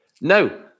no